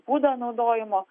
būdą naudojimo